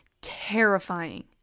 Terrifying